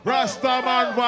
Rastaman